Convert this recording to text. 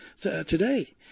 today